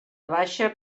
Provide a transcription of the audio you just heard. baixa